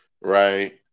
right